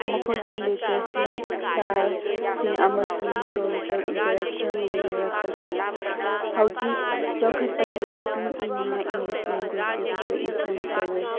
ꯃꯈꯣꯏꯒꯤ ꯂꯤꯇꯔꯦꯁꯤ ꯁ꯭ꯇꯥꯏꯜꯁꯤꯡ ꯑꯃꯁꯨꯡ ꯍꯤꯁꯇꯣꯔꯤꯀꯦꯜ ꯏꯟꯇꯔꯦꯛꯁꯟ ꯂꯩꯅꯔꯛꯄꯒꯤ ꯍꯧꯖꯤꯛ ꯆꯥꯎꯈꯠꯄꯒꯤ ꯃꯇꯨꯡ ꯏꯟꯅ ꯏꯪꯂꯤꯁ ꯂꯦꯟꯒ꯭ꯋꯦꯖꯇꯒꯤꯁꯨ ꯏꯟꯐ꯭ꯂꯨꯏꯟ ꯇꯧꯏ